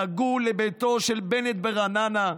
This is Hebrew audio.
דאגו לביתו של בנט ברעננה.